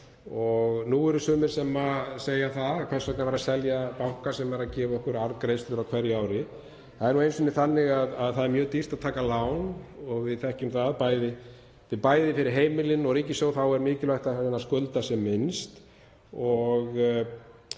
Nú eru sumir sem segja: Hvers vegna er verið að selja banka sem er að gefa okkur arðgreiðslur á hverju ári? Það er nú einu sinni þannig að það er mjög dýrt að taka lán og við þekkjum það og bæði fyrir heimilin og ríkissjóð er mikilvægt að reyna að skulda sem minnst.